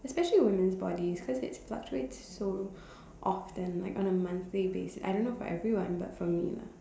especially women's bodies cos it fluctuates so often like on a monthly basis I don't know for everyone but for me lah